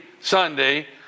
Sunday